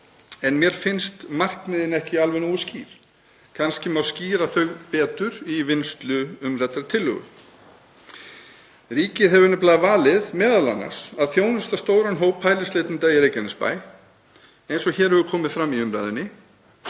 en mér finnst markmiðin ekki alveg nógu skýr. Kannski má skýra þau betur í vinnslu umræddrar tillögu. Ríkið hefur nefnilega valið m.a. að þjónusta stóran hóp hælisleitenda í Reykjanesbæ, eins og hér hefur komið fram í umræðunni,